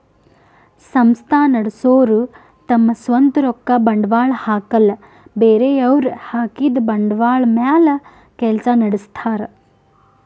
ಸಂಸ್ಥಾ ನಡಸೋರು ತಮ್ ಸ್ವಂತ್ ರೊಕ್ಕ ಬಂಡ್ವಾಳ್ ಹಾಕಲ್ಲ ಬೇರೆಯವ್ರ್ ಹಾಕಿದ್ದ ಬಂಡ್ವಾಳ್ ಮ್ಯಾಲ್ ಕೆಲ್ಸ ನಡಸ್ತಾರ್